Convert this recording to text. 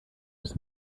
des